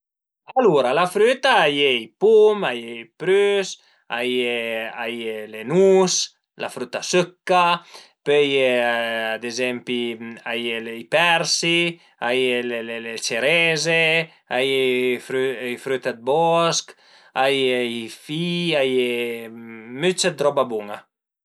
Alura la früta a ie i pum, a ie i prüs, a ie a ie le nus, la früta sëcca, pöi a ie ad ezempi a ie i persi, a ie le cereze, a ie i früt dë bosch, a ie i fi-i, a ie ën müch dë roba bun-a